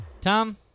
Tom